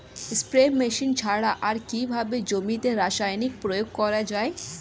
Spray machine ছাড়া আর কিভাবে জমিতে রাসায়নিক প্রয়োগ করা যায়?